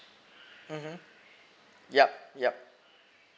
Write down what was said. mmhmm yup yup